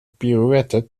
pirouette